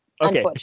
okay